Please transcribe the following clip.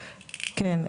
כן.